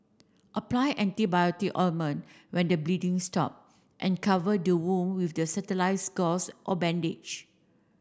apply antibiotic ointment when the bleeding stop and cover the wound with the gauze or bandage